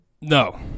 No